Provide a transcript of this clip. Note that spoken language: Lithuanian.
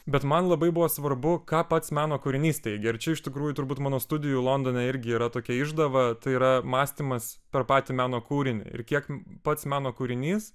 bet man labai buvo svarbu ką pats meno kūrinys teigia ir čia iš tikrųjų turbūt mano studijų londone irgi yra tokia išdava tai yra mąstymas per patį meno kūrinį ir kiek pats meno kūrinys